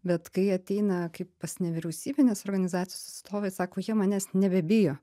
bet kai ateina kaip pas nevyriausybinės organizacijos atstovę sako jie manęs nebebijo